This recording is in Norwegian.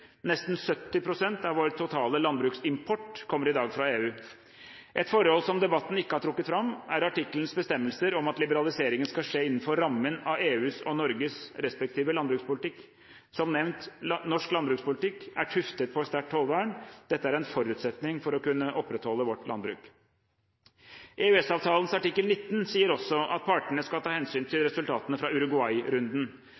Nesten 70 pst. av vår totale landbruksimport kommer i dag fra EU. Et forhold som debatten ikke har trukket fram, er artikkelens bestemmelse om at liberaliseringen skal skje innenfor rammen av EUs og Norges respektive landbrukspolitikk. Som nevnt: Norsk landbrukspolitikk er tuftet på et sterkt tollvern. Dette er en forutsetning for å kunne opprettholde vårt landbruk. EØS-avtalens artikkel 19 sier også at partene skal ta hensyn til